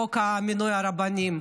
חוק מינוי הרבנים,